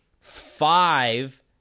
Five